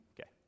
okay